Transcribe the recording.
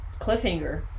cliffhanger